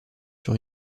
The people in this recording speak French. sur